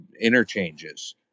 interchanges